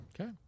Okay